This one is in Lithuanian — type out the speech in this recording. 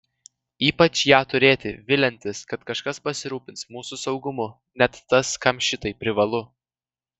ypač ją turėti viliantis kad kažkas pasirūpins mūsų saugumu net tas kam šitai privalu